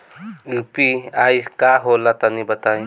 इ यू.पी.आई का होला तनि बताईं?